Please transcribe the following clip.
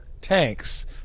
tanks